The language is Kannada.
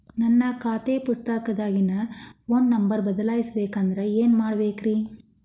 ನನ್ನ ಖಾತೆ ಪುಸ್ತಕದಾಗಿನ ಫೋನ್ ನಂಬರ್ ಬದಲಾಯಿಸ ಬೇಕಂದ್ರ ಏನ್ ಮಾಡ ಬೇಕ್ರಿ?